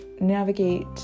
navigate